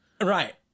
right